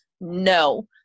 no